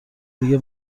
دیگه